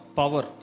power